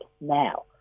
now